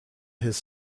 his